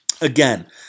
Again